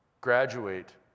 graduate